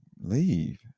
leave